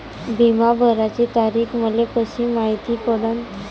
बिमा भराची तारीख मले कशी मायती पडन?